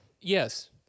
yes